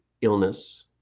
illness